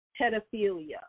pedophilia